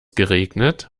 geregnet